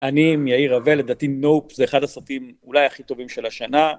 אני עם יאיר רוה, לדתי נופ, זה אחד הסרטים אולי הכי טובים של השנה.